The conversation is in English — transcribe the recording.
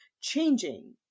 changing